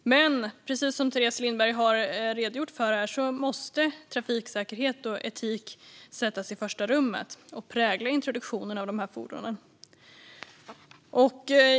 Men precis som Teres Lindberg har redogjort för här måste trafiksäkerhet och etik sättas i första rummet och prägla introduktionen av dessa fordon.